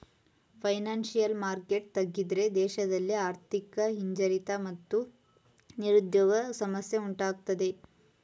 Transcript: financial market ತಗ್ಗಿದ್ರೆ ದೇಶದಲ್ಲಿ ಆರ್ಥಿಕ ಹಿಂಜರಿತ ಮತ್ತು ನಿರುದ್ಯೋಗ ಸಮಸ್ಯೆ ಉಂಟಾಗತ್ತದೆ